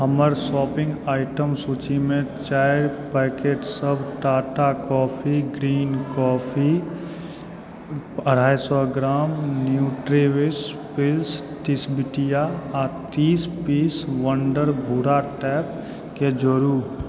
हमर shopping item सूचीमे चारि पैकेटसभ टाटा कॉफ़ी ग्रीन कॉफी अढ़ाइ सए ग्राम न्यूट्रीविश पीस तीस बिटिया आ तीस पीस वंडर भूरा टेपकेँ जोडू